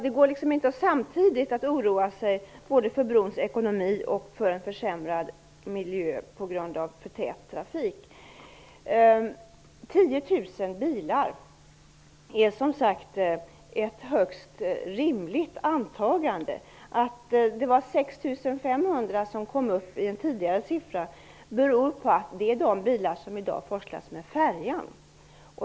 Det går alltså inte att samtidigt oroa sig för brons ekonomi och för en försämrad miljö på grund av för tät trafik. 10 000 bilar är som sagt ett högst rimligt antagande. Att en tidigare siffra löd på 6 500 beror på att det är det antal bilar som i dag forslas med färjan.